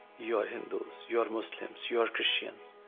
you are hindus, you're muslims, you're christians,